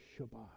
Shabbat